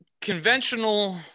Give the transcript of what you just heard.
conventional